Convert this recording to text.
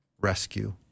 rescue